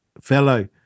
fellow